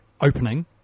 opening